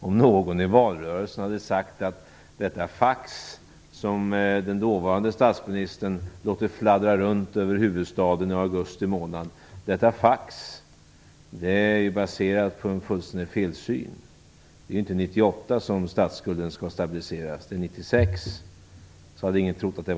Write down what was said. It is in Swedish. Om någon i valrörelsen hade sagt att det fax, som dåvarande statsministern lät fladdra runt i huvudstaden i augusti månad, var baserat på en fullständig felsyn - det var inte 1998 som statsskulden skulle stabiliseras utan 1996 - hade ingen trott det.